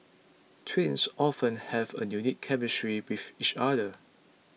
twins often have a unique chemistry with each other